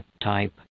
type